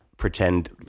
pretend